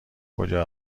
کجا